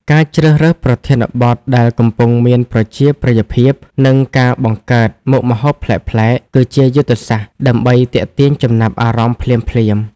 ការជ្រើសរើសប្រធានបទដែលកំពុងមានប្រជាប្រិយភាព និងការបង្កើតមុខម្ហូបប្លែកៗ គឺជាយុទ្ធសាស្ត្រដើម្បីទាក់ទាញចំណាប់អារម្មណ៍ភ្លាមៗ។